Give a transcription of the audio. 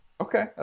Okay